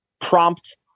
prompt